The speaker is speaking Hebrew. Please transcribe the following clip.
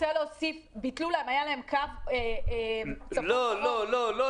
ביטלו להם קו צפון-דרום -- הילה,